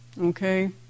okay